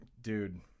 Dude